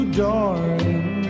darling